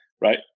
right